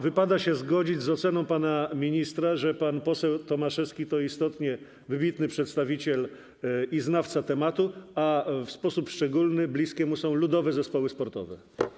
Wypada się zgodzić z oceną pana ministra: pan poseł Tomaszewski to istotnie wybitny przedstawiciel, znawca tematu, a w sposób szczególny bliskie mu są ludowe zespoły sportowe.